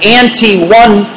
anti-one